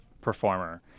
performer